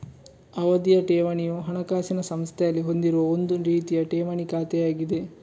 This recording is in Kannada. ಅವಧಿಯ ಠೇವಣಿಯು ಹಣಕಾಸಿನ ಸಂಸ್ಥೆಯಲ್ಲಿ ಹೊಂದಿರುವ ಒಂದು ರೀತಿಯ ಠೇವಣಿ ಖಾತೆಯಾಗಿದೆ